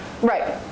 Right